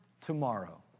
Tomorrow